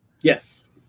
Yes